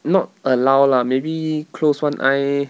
not allow lah maybe close one eye